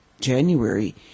January